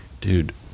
dude